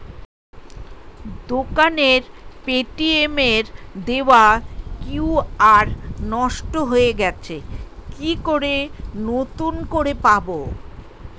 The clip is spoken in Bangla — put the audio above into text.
দোকানের পেটিএম এর দেওয়া কিউ.আর নষ্ট হয়ে গেছে কি করে নতুন করে পাবো?